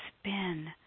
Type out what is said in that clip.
spin